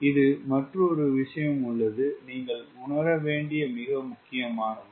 இது மற்றொரு விஷயம் உள்ளது நீங்கள் உணர வேண்டிய மிக முக்கியமானது